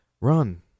run